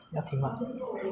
要停吗